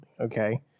okay